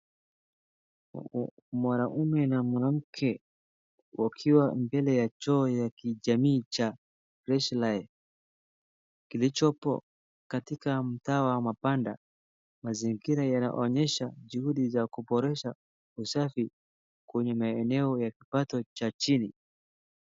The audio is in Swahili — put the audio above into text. Kuna mwanaume na mwanamke wakiwa mbele ya choo ya kijamii cha Freshlife kilichopo katika mtaa wa mabanda. Mazingira yanaonyesha juhudi za kuboresha usafi kwenye maeneo ya kipato cha chini.